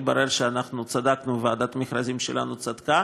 התברר שאנחנו צדקנו, ועדת המכרזים שלנו צדקה.